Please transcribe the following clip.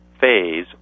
phase